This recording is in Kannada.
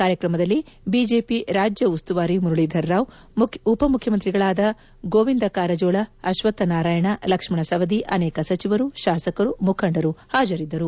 ಕಾರ್ಯಕ್ರಮದಲ್ಲಿ ಬಿಜೆಪಿ ರಾಜ್ಯ ಉಸ್ತುವಾರಿ ಮುರಳೀಧರರಾವ್ ಉಪಮುಖ್ಯಮಂತ್ರಿಗಳಾದ ಗೋವಿಂದ ಕಾರಾಜೋಳ ಅಶ್ವಥ್ ನಾರಾಯಣ ಲಕ್ಷ್ನಣ ಸವದಿ ಅನೇಕ ಸಚಿವರು ಶಾಸಕರು ಮುಖಂಡರು ಹಾಜರಿದ್ದರು